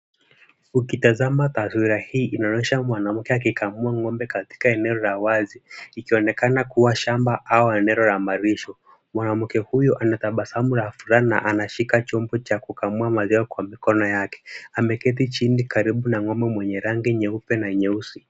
Ukitazama taswira hii, inaonesha mwanamke akikamua ng'ombe katika eneo la wazi. Ikiwaonekana kuwa shamba au eneo la malisho. Mwanamke huyo anatabasamu la furaha na anashika chombo cha kukamua maziwa kwa mikono yake. Ameketi chini karibu na ng'ombe mwenye rangi nyeupe na nyeusi.